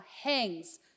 hangs